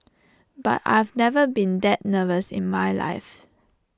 but I've never been that nervous in my life